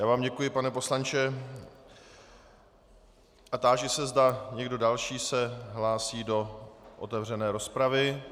Já vám děkuji, pane poslanče, a táži se, zda někdo další se hlásí do otevřené rozpravy.